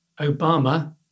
Obama